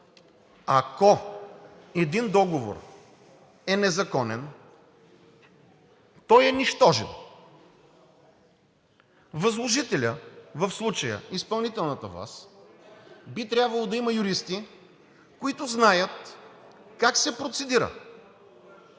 Ако един договор е незаконен, той е нищожен. Възложителят, в случая изпълнителната власт, би трябвало да има юристи, които знаят как се процедира